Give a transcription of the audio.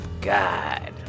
god